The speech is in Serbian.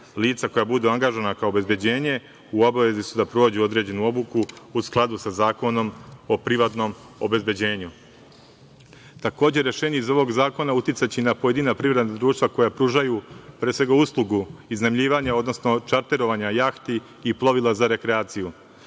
Lica koja budu angažovana kao obezbeđenje u obavezi su da prođu određenu obuku u skladu sa Zakonom o privatnom obezbeđenju. Takođe, rešenje iz ovog zakona uticaće i na pojedina privredna društva koja pružaju, pre svega, uslugu iznajmljivanja, odnosno čarterovanja jahti i plovila za rekreaciju